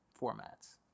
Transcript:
formats